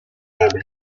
bwanze